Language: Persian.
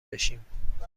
بشیم